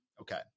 Okay